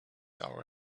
our